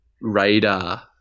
radar